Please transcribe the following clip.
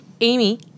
Amy